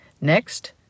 Next